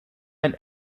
ein